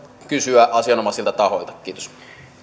kysyä asianomaisilta tahoilta kiitos